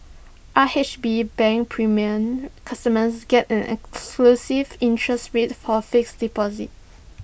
R H B bank premier customers get an exclusive interest rate for fixed deposits